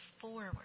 forward